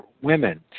women